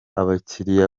abakiliya